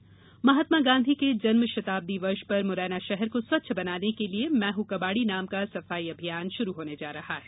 सफाई अभियान महात्मा गांधी के जन्म शताब्दी वर्ष पर मुरैना शहर को स्वच्छ बनाने के लिये मैं हूं कबाड़ी नाम का सफाई अभियान शुरू होने जा रहा है